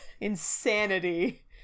Insanity